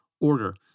order